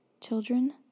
children